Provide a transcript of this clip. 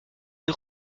des